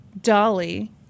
Dolly